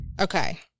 okay